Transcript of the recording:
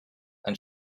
and